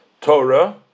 Torah